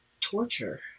torture